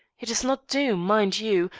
it's not doom, mind you,